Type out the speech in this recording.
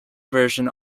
version